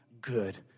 good